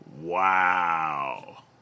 Wow